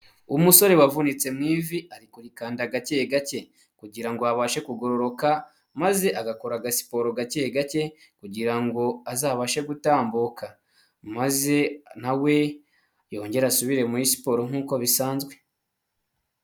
Umusore wavunitse mu ivi ari kurikanda gake gake kugira ngo abashe kugororoka maze agakora agasiporo gake gake kugira ngo azabashe gutambuka maze nawe yongere asubire muri siporo nk'uko bisanzwe.